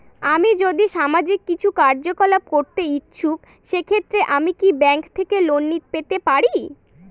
আমি যদি সামাজিক কিছু কার্যকলাপ করতে ইচ্ছুক সেক্ষেত্রে আমি কি ব্যাংক থেকে লোন পেতে পারি?